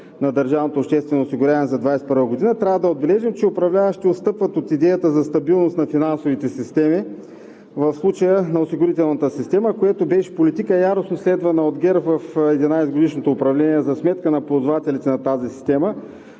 на консолидирания бюджет на ДОО за 2021 г., трябва да отбележим, че управляващите отстъпват от идеята за стабилност на финансовите системи, в случая на осигурителната система, което беше политика, яростно следвана от ГЕРБ в 11-годишното управление за сметка на ползвателите на тази система,